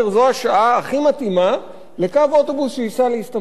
השעה הכי מתאימה לקו אוטובוס שייסע לאיסטנבול,